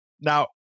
Now